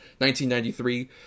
1993